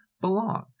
belong